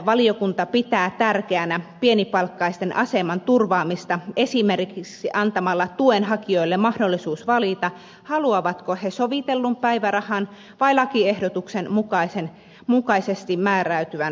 valiokunta pitää tärkeänä pienipalkkaisten aseman turvaamista esimerkiksi antamalla tuen hakijoille mahdollisuus valita haluavatko he sovitellun päivärahan vai lakiehdotuksen mukaisesti määräytyvän päivärahan